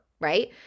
right